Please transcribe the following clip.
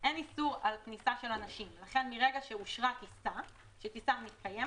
שמוצע להאריך את האיסור על כניסת כלי טיס בשבוע נוסף,